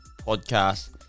podcast